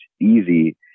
easy